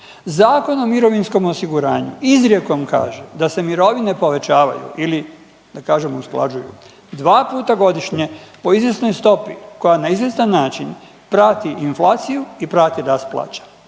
Zakon o mirovinskom osiguranju izrijekom kaže da se mirovine povećavaju ili da kažem usklađuju dva puta godišnje po izvjesnoj stopi koja na izvjestan način prati inflaciju i prati rast plaća.